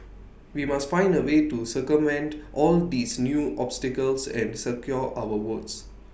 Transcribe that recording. we must find A way to circumvent all these new obstacles and secure our votes